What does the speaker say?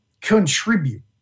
contribute